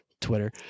Twitter